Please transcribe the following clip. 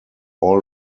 all